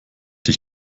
dich